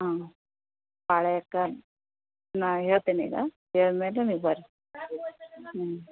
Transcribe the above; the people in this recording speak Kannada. ಹಾಂ ನಾ ಹೇಳ್ತಿನಿ ಈಗ ಹೇಳಿದ್ ಮೇಲೆ ನೀವು ಬನ್ರಿ ಹ್ಞೂ